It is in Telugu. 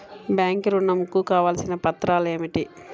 బ్యాంక్ ఋణం కు కావలసిన పత్రాలు ఏమిటి?